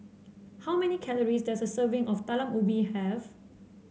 how many calories does a serving of Talam Ubi have